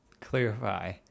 clarify